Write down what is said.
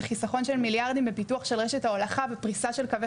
זה חסכון של מיליארדים בפיתוח של רשת ההולכה ופרישה של קווי